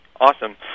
Awesome